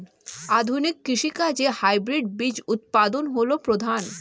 আধুনিক কৃষি কাজে হাইব্রিড বীজ উৎপাদন হল প্রধান